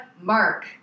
Mark